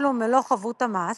תשלום מלוא חבות המס,